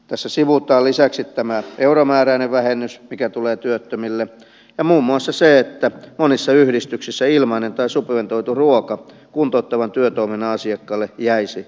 tässä sivutaan lisäksi tämä euromääräinen vähennys mikä tulee työttömille ja muun muassa se että monissa yhdistyksissä ilmainen tai subventoitu ruoka kuntouttavan työtoiminnan asiakkaalle jäisi pois